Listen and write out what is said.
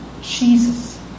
Jesus